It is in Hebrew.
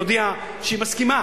תודיע שהיא מסכימה.